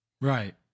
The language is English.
Right